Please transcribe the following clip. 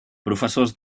professors